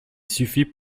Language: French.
suffit